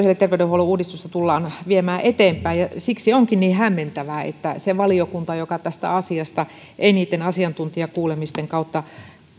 ja ja ter veydenhuollon uudistusta tullaan viemään eteenpäin ja siksi onkin niin hämmentävää että se valiokunta joka tästä asiasta eniten asiantuntijakuulemisten kautta